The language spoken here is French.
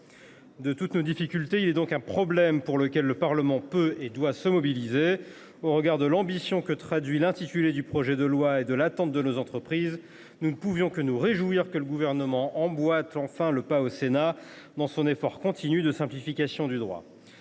toutes nos difficultés, c’est un problème sur lequel le Parlement peut et doit se mobiliser. Au regard de l’ambition que traduit l’intitulé du projet de loi et des attentes de nos entreprises, nous ne pouvions que nous réjouir que le Gouvernement emboîte enfin le pas au Sénat dans son effort continu de simplification du droit.